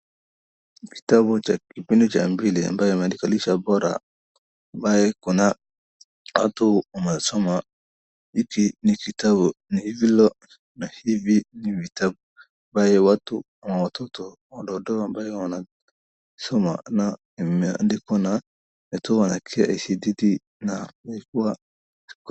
Kitabu cha kipindi cha pili ambaye ameandikwa Lisho Bora ambaye kuna watu wanasoma. Hiki ni kitabu ni vilo na hivi ni vitabu ambayo watu ama watoto wadogo ambayo wanasoma na imeandikwa na imetolewa na KICDT na imekuwa.